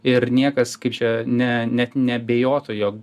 ir niekas kaip čia ne net neabejotų jog